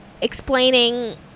explaining